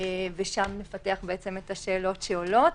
ושם נפתח את השאלות שעולות.